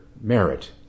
merit